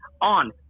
on